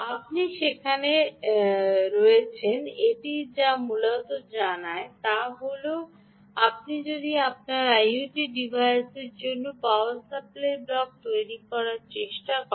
আপনি সেখানে রয়েছেন এটি যা মূলত জানায় তা হল আপনি যদি আপনার আইওটি ডিভাইসের জন্য পাওয়ার সাপ্লাই ব্লক তৈরি করার চেষ্টা করছেন